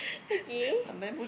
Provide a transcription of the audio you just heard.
okay